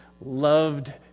loved